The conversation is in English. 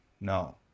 No